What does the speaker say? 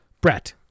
Brett